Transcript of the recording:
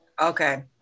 okay